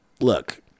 look